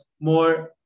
more